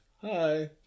hi